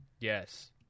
Yes